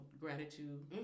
gratitude